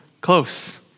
Close